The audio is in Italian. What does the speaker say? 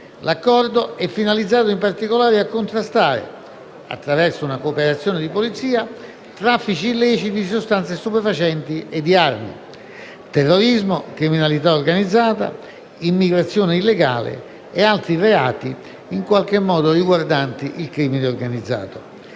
L'Accordo è finalizzato, in particolare, a contrastare, attraverso una cooperazione di polizia, i traffici illeciti di sostanze stupefacenti e di armi, il terrorismo, la criminalità organizzata, l'immigrazione illegale e altri reati in qualche modo riguardanti il crimine organizzato.